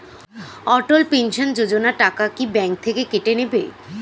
অটল pension Yojana টাকা কি bank থেকে কেটে নেবে?